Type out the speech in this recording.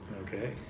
okay